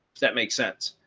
that makes sense.